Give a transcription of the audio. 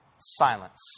silence